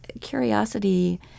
curiosity